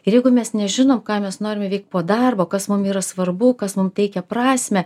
ir jeigu mes nežinom ką mes norime veikt po darbo kas mum yra svarbu kas mum teikia prasmę